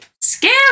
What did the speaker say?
Scary